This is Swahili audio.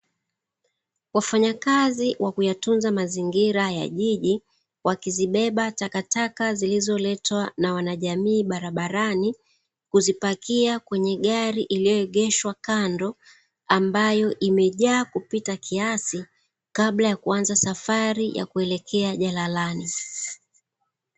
Wafanyakazi wa kuyatunza mazingira ya jiji wakizibeba takataka zilizo letwa na wana jamnii barabarani, kuzipakia kwenye gari iliyo egeshwa kando ambayo imejaa kupita kiasi kabla ya kuanza safari kuelekea jalalani.